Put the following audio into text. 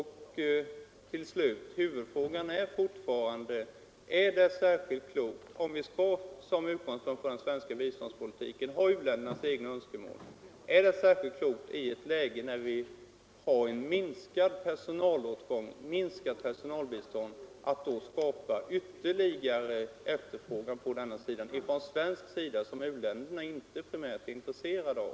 Huvudfrågan är fortfarande: Om vi som utgångspunkt för den svenska biståndspolitiken har u-ländernas egna önskemål, och i ett läge med minskat personalbistånd, är det då klokt att skapa ytterligare efterfrågan från svensk sida på en verksamhet som u-länderna inte är intresserade av?